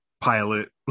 pilot